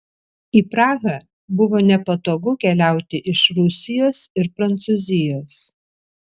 į prahą buvo nepatogu keliauti iš rusijos ir prancūzijos